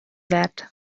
that